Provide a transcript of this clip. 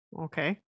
okay